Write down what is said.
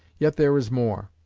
yet there is more.